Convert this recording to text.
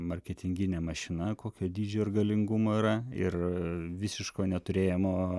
marketinginė mašina kokio dydžio ir galingumo yra ir visiško neturėjimo